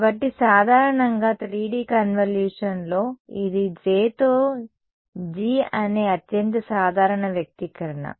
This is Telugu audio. కాబట్టి సాధారణంగా 3D కన్వల్యూషన్లో ఇది J తో G అనే అత్యంత సాధారణ వ్యక్తీకరణ